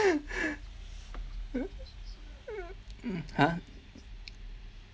!huh!